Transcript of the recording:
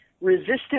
resistant